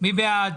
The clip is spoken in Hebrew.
מי בעד?